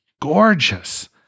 gorgeous